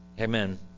amen